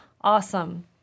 Awesome